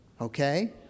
Okay